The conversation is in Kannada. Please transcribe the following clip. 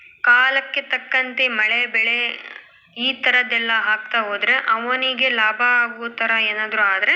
ಕಾಲಕ್ಕೆ ತಕ್ಕಂತೆ ಮಳೆ ಬೆಳೆ ಈ ಥರದ್ದೆಲ್ಲ ಆಗ್ತಾ ಹೋದ್ರೆ ಅವನಿಗೆ ಲಾಭ ಆಗೋ ಥರ ಏನಾದ್ರೂ ಆದರೆ